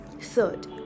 third